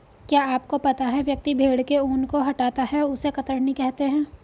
क्या आपको पता है व्यक्ति भेड़ के ऊन को हटाता है उसे कतरनी कहते है?